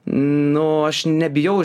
nu aš nebijau